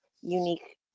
unique